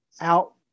out